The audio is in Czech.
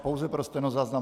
Pouze pro stenozáznam.